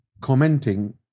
commenting